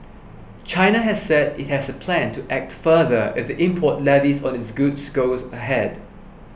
China has said it has a plan to act further if import levies on its goods goes ahead